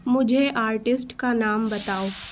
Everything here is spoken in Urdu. مجھے آرٹسٹ کا نام بتاؤ